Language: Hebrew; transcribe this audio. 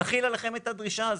נחיל עליכם את הדרישה הזאת.